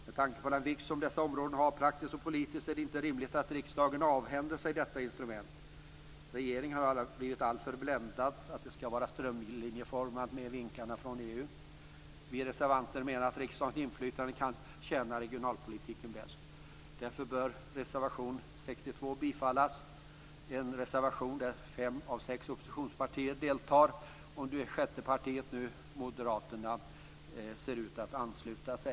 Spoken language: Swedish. Med tanke på den vikt som dessa områden praktiskt och politiskt har är det inte rimligt att riksdagen avhänder sig detta instrument. Regeringen har blivit alltför bländad av vinkarna från EU om att det hela skall vara strömlinjeformat. Vi reservanter menar att riksdagens inflytande tjänar regionalpolitiken bäst. Därför bör reservation 62 bifallas. Det är en reservation där fem av sex oppositionspartier deltar. Det sjätte partiet, Moderaterna, ser nu också ut att ansluta sig.